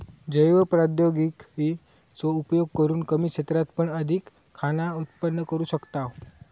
जैव प्रौद्योगिकी चो उपयोग करून कमी क्षेत्रात पण अधिक खाना उत्पन्न करू शकताव